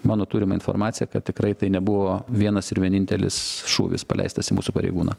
mano turima informacija kad tikrai tai nebuvo vienas ir vienintelis šūvis paleistas į mūsų pareigūną